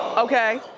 okay.